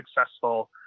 successful